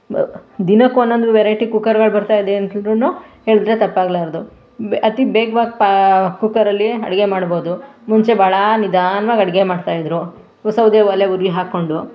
ದಿನಕ್ಕೆ ಒಂದೊಂದು ವೆರೈಟಿ ಕುಕ್ಕರ್ಗಳು ಬರ್ತಾಯಿದೆ ಅಂತಂದರೂನು ಹೇಳಿದ್ರೆ ತಪ್ಪಾಗಲಾರ್ದು ಬೆ ಅತಿ ಬೇಗ್ವಾಗಿ ಪಾ ಕುಕ್ಕರಲ್ಲಿ ಅಡುಗೆ ಮಾಡ್ಬೋದು ಮುಂಚೆ ಭಾಳ ನಿಧಾನ್ವಾಗಿ ಅಡುಗೆ ಮಾಡ್ತಾಯಿದ್ರು ಸೌದೆ ಒಲೆ ಉರಿ ಹಾಕ್ಕೊಂಡು